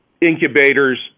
incubators